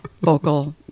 vocal